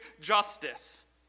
justice